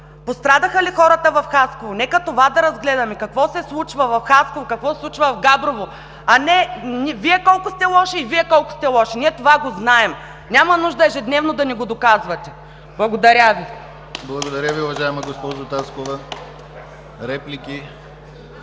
Пострадаха ли хората в Хасково? Нека това да разгледаме – какво се случва в Хасково, какво се случва в Габрово? А не Вие колко сте лоши и Вие колко сте лоши. Ние това го знаем, няма нужда ежедневно да ни го доказвате. Благодаря Ви. (Ръкопляскания от „Воля“.)